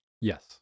Yes